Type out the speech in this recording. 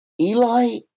Eli